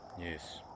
Yes